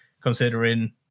considering